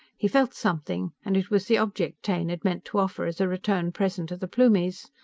he felt something and it was the object taine had meant to offer as a return present to the plumies.